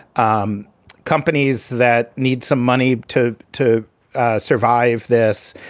um companies that need some money to to survive this.